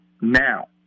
now